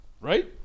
right